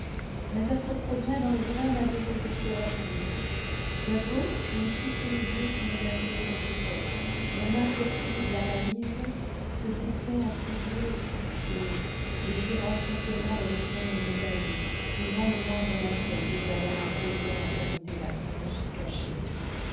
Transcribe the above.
mes affreux progrès dans le vrai n'avaient été que trop rapides bientôt je n'eus plus sous les yeux qu'une nature contrefaite mon inflexible analyse se glissait en tous lieux et sous toutes choses déchirant effrontément les vêtements les mieux taillés brisant le moindre lacet dévoilant à plaisir l'infirmité la plus cachée